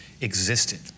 Existed